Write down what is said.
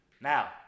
Now